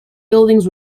buildings